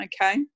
okay